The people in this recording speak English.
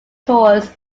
tours